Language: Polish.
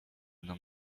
mną